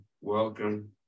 Welcome